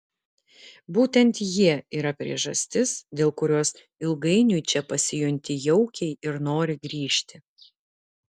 būtent jie yra priežastis dėl kurios ilgainiui čia pasijunti jaukiai ir nori grįžti